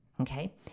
Okay